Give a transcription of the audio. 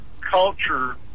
culture